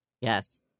Yes